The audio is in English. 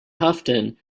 houghton